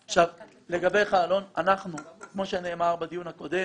לגביך, אלון, כמו שנאמר בדיון הקודם,